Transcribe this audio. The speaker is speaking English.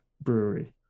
brewery